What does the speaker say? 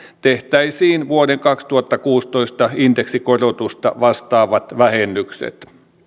tehtäisiin vuoden kaksituhattakuusitoista indeksikorotusta vastaavat vähennykset